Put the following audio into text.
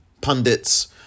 pundits